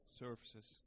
services